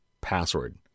password